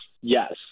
yes